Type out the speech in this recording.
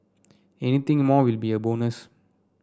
anything more will be a bonus